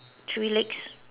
tree legs